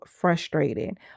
frustrated